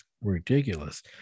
ridiculous